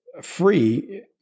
free